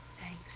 Thanks